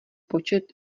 počet